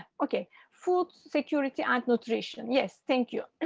ok, food security and nutrition. yes, thank you.